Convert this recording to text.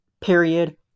Period